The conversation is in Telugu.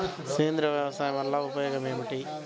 సేంద్రీయ వ్యవసాయం వల్ల ఉపయోగం ఏమిటి?